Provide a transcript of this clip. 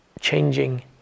Changing